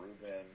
Ruben